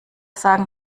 sagen